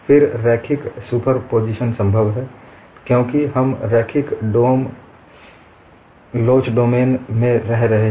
फिर रैखिक सुपरपोजिशन संभव है क्योंकि हम रैखिक लोच डोमेन में रह रहे हैं